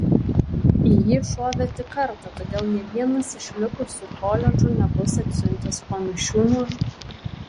į jį šovė tik kartą todėl nė vienas iš likusių koledžų nebus atsiuntęs panašių nuo